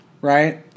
right